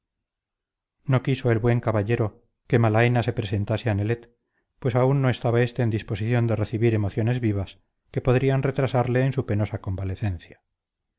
no quiso el buen caballero que malaena se presentase a nelet pues aún no estaba este en disposición de recibir emociones vivas que podrían retrasarle en su penosa convalecencia